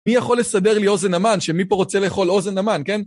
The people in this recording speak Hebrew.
מי יכול לסדר לי אוזן המן, שמי פה רוצה לאכול אוזן המן, כן?